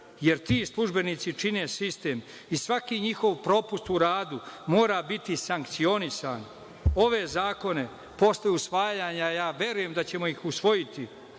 jer ti službenici čine sistem i svaki njihov propust u radu mora biti sankcionisan. Ove zakone posle usvajanja, ja verujem da ćemo ih usvojiti